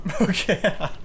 Okay